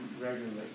regularly